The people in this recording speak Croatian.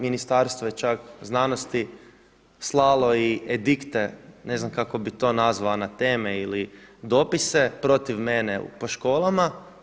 Ministarstvo je čak znanosti slalo i edikte ne znam kako bih to nazvao na teme ili dopise protiv mene po školama.